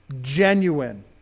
genuine